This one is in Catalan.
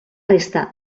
resta